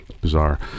bizarre